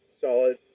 solid